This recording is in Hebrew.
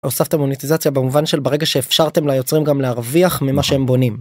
הוספת מוניטיזציה במובן של ברגע שאפשרתם ליוצרים גם להרוויח ממה שהם בונים.